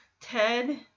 Ted